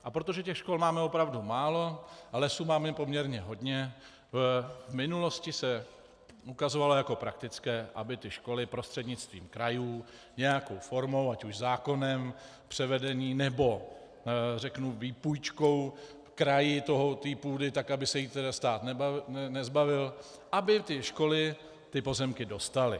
A protože těch škol máme opravdu málo a lesů máme poměrně hodně, v minulosti se ukazovalo jako praktické, aby školy prostřednictvím krajů nějakou formou, ať už zákonem, převedením, nebo výpůjčkou kraji té půdy, tak aby se jí stát nezbavil, aby školy ty pozemky dostaly.